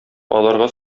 аларга